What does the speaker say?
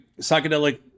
psychedelic